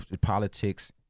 politics